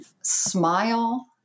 smile